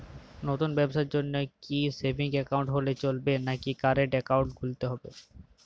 নতুন ব্যবসার জন্যে কি সেভিংস একাউন্ট হলে চলবে নাকি কারেন্ট একাউন্ট খুলতে হবে?